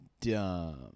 dumb